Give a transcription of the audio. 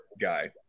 guy